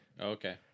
okay